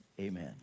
amen